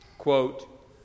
Quote